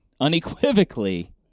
Unequivocally